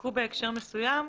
נחקקו בהקשר מסוים.